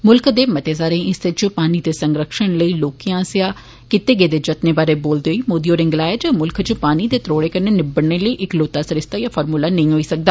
मुल्ख दे मते सारे हिस्सें इच पानी दे संरक्षण लेई लोकें आस्सेआ कीते गेदे जत्नें बारे बोलदे होई मोदी होरें गलाया जे मुल्ख इच पानी दे त्रोडत्रें कन्नै निब्बड़ने लेई इकलौता सरिस्स्ता दा फार्मूला नेई होई सकदा